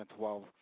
2012